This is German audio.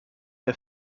der